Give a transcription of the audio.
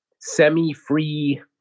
semi-free